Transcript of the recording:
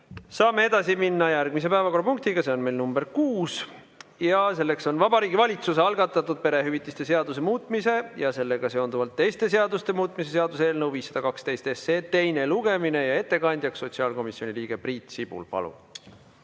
Saame edasi minna järgmise päevakorrapunktiga, see on nr 6: Vabariigi Valitsuse algatatud perehüvitiste seaduse muutmise ja sellega seonduvalt teiste seaduste muutmise seaduse eelnõu 512 teine lugemine. Ettekandja on sotsiaalkomisjoni liige Priit Sibul. Palun!